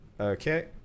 Okay